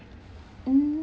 mm